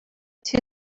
two